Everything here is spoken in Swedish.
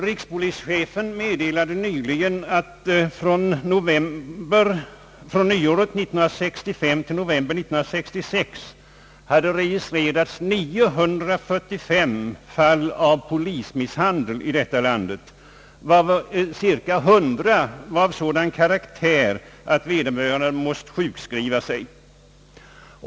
Rikspolischefen meddelade nyligen att från nyåret 1965 till november 1966 hade registrerats 945 fall av polismisshandel i vårt land. Cirka ett hundratal var av sådan karaktär att vederbörande polisman måste sjukskriva sig.